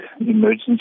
emergency